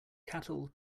cattle